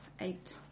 Eight